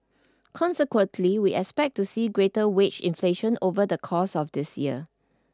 consequently we expect to see greater wage inflation over the course of this year